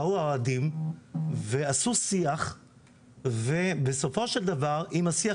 באו האוהדים ועשו שיח ובסופו של דבר עם השיח